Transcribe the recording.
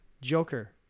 Joker